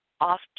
off